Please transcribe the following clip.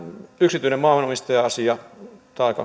yksityinen maanomistaja asia on